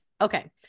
Okay